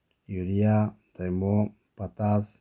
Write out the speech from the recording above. urea diamond potash